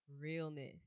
realness